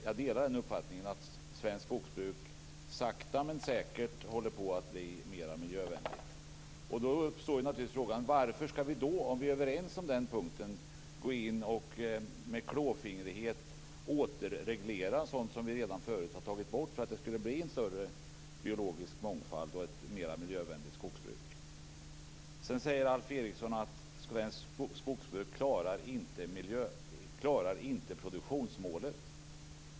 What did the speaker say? Jag delar uppfattningen att svenskt skogsbruk sakta men säkert håller på att bli mera miljövänligt. Då uppstår naturligtvis frågan: Om vi nu är överens på den punkten, varför skall vi gå in och med klåfingrighet återreglera sådant som vi redan tagit bort för att det skulle bli en större biologisk mångfald och ett mera miljövänligt skogsbruk? Sedan säger Alf Eriksson att svenskt skogsbruk inte klarar produktionsmålet.